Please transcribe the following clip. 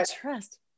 trust